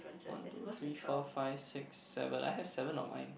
one two three four five six seven I have seven on mine